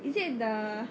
is it the